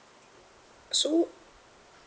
so